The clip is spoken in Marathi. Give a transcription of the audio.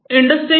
इंडस्ट्री 4